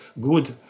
good